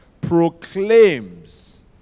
proclaims